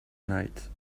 night